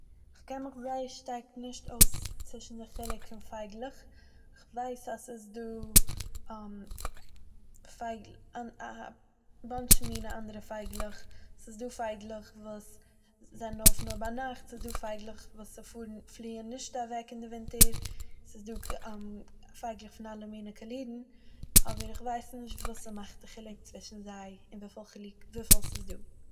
כ'קען מיך זייער שטארק נישט אויס צווישן די חילוק פון פייגלעך כ'ווייס אז ס'איז דא פייגל- א א באנטש מינע אנדערע פייגלעך, ס'איז דא פייגלעך וואס זענען אויף נאר ביינאכט, ס'דא פייגלעך וואס ס'פארן...ס'פליען נישט אוועק אין די ווינטער, ס'איז דא פייגלעך פון אלע מינע קאלירן אבער כ'ווייס נישט וואס ס'מאכט די חילוק פון זיי און וויפיל ס'איז דא.